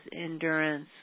endurance